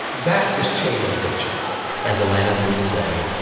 that is chain migration as alanis would say,